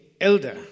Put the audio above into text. elder